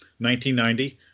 1990